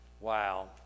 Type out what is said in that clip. Wow